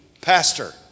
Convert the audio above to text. pastor